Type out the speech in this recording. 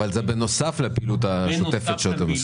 אבל זה בנוסף לפעילות השוטפת שאתם עושים.